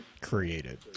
created